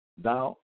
Thou